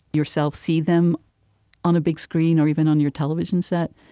yourself, see them on a big screen, or even on your television set.